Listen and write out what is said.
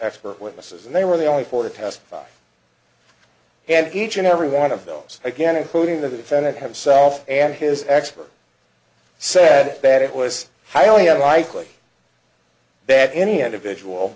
expert witnesses and they were the only for the test and each and every one of those again including the defendant himself and his expert said that it was highly unlikely that any individual